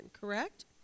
correct